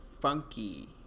funky